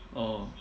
oh